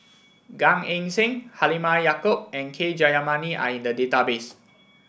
Gan Eng Seng Halimah Yacob and K Jayamani are in the database